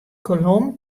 kolom